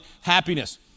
happiness